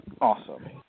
Awesome